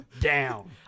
Down